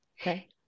Okay